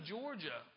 Georgia